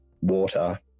water